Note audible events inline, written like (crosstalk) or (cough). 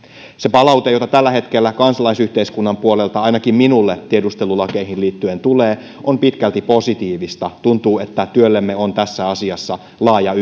palaute jota tällä hetkellä kansalaisyhteiskunnan puolelta ainakin minulle tiedustelulakeihin liittyen tulee on pitkälti positiivista tuntuu että työllemme on tässä asiassa laaja (unintelligible)